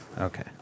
okay